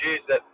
Jesus